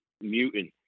Mutant